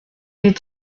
est